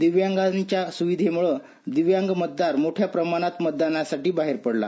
दिव्यांगांच्या सुविधेमुळं दिव्यांग मतदार मोठ्या प्रमाणात मतदानासाठी बाहेर पडला